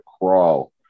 crawl